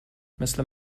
مثل